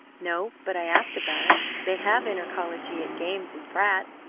no, but i asked about it. they have intercollegiate games and frats,